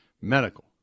medical